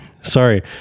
Sorry